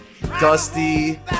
Dusty